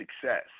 success